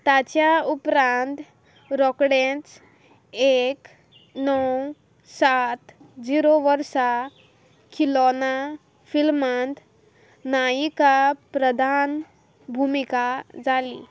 ताच्या उपरांत रोखडेंच एक णव सात जिरो वर्सा खिलौना फिल्मांत नायिका प्रधान भुमिका जाली